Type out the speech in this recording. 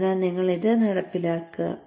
അതിനാൽ നിങ്ങൾ ഇത് നടപ്പിലാക്കുക